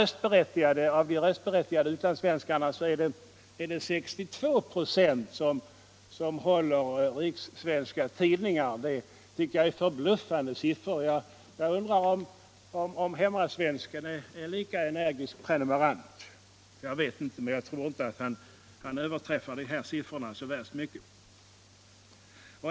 Av de röstberättigade utlandssvenskarna håller 62 96 rikssvenska tidningar. Det tycker jag är förbluffande siffror, och jag undrar om ens hemmasvenskarna är lika energiska prenumeranter. Jag vet inte, men jag tror inte att vi överträffar de här siffrorna.